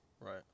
Right